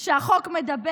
שהוא מדבר